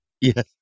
Yes